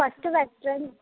first western